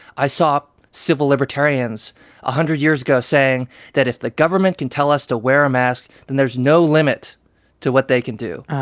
i saw civil libertarians a hundred years ago saying that if the government can tell us to wear a mask, then there's no limit to what they can do.